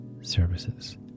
services